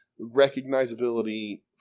recognizability